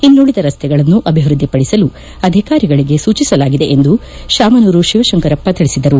ಇನ್ನುಳದ ರಸ್ನೆಗಳನ್ನು ಅಭಿವೃದ್ಧಿಪಡಿಸಲು ಅಧಿಕಾರಿಗಳಿಗೆ ಸೂಚಿಸಲಾಗಿದೆ ಎಂದು ಶಾಮನೂರು ಶಿವಶಂಕರಪ್ಪ ತಿಳಿಸಿದರು